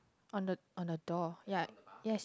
on the on the door ya yes